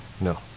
No